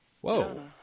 Whoa